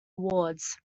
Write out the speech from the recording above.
awards